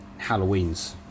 Halloweens